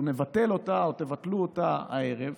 אילו נבטל אותה או תבטלו אותה הערב,